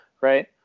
Right